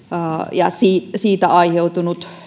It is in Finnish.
ja siitä aiheutunut